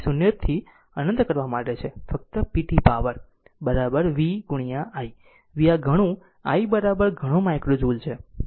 તે 0 થી અનંત કરવા માટે છે ફક્ત p t power v i v આ ઘણું i આ ઘણું માઇક્રો જુલ છે